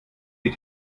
die